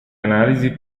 analisi